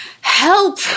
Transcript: help